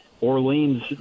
Orleans